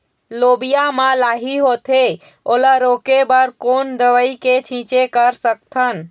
लोबिया मा लाही होथे ओला रोके बर कोन दवई के छीचें कर सकथन?